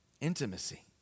Intimacy